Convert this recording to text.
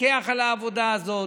לפקח על העבודה הזאת,